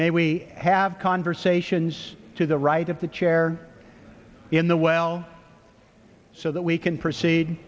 may we have conversations to the right of the chair in the well so that we can proceed